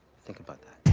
think about that.